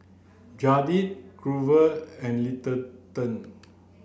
Jaeden Grover and Littleton